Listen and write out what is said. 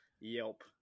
yelp